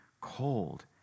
cold